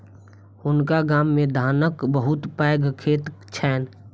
हुनका गाम मे धानक बहुत पैघ खेत छैन